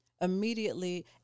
immediately